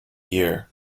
year